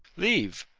leave!